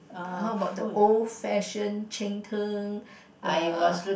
how about the old fashioned cheng-tng the